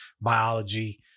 biology